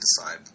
decide